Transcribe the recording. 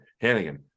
Hannigan